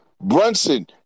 Brunson